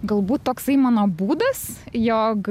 galbūt toksai mano būdas jog